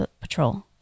patrol